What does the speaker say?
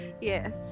yes